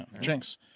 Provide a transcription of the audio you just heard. Jinx